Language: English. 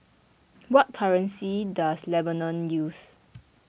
what currency does Lebanon use